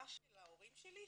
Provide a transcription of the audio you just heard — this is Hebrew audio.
הדירה של ההורים שלי,